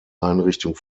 einrichtung